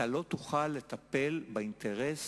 אתה לא תוכל לטפל באינטרס